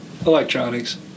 Electronics